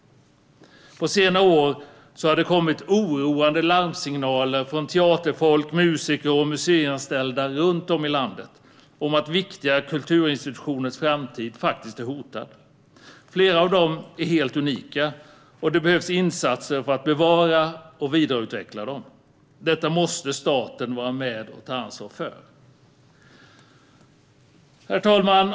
På senare år har det kommit oroande larmsignaler från teaterfolk, musiker och museianställda runt om i landet om att viktiga kulturinstitutioners framtid faktiskt är hotad. Flera av dem är helt unika, och det behövs insatser för att bevara och vidareutveckla dem. Detta måste staten vara med och ta ansvar för. Herr talman!